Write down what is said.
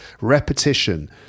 repetition